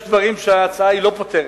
יש דברים שההצעה לא פותרת.